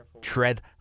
tread